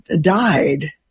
died